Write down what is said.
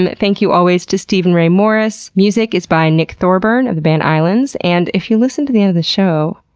but thank you always to steven ray morris. music is by nick thorburn of the band islands. and if you listen to the end of the show,